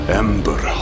ember